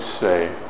say